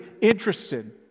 interested